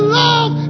love